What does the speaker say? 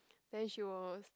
then she will